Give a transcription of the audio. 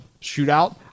shootout